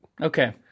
Okay